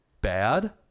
bad